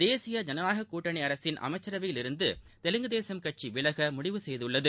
தேசிய ஜனநாயகக் கூட்டணி அரசின் அமைச்சரவையிலிருந்து தெலுங்கு தேசம் கட்சி விலக முடிவு செய்துள்ளது